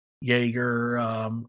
Jaeger